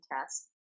test